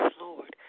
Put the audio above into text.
Lord